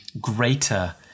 greater